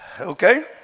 Okay